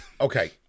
Okay